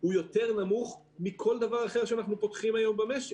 הוא יותר נמוך מכל דבר אחר שאנחנו פותחים היום במשק.